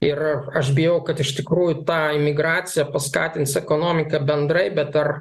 ir aš bijau kad iš tikrųjų ta imigracija paskatins ekonomiką bendrai bet ar